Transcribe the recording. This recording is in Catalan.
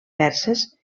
perses